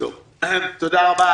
תודה רבה.